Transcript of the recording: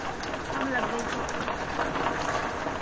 कब लग गई चोट